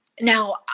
Now